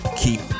keep